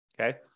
okay